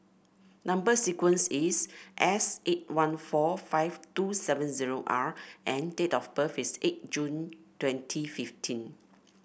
number sequence is S eight one four five two seven zero R and date of birth is eight June twenty fifteen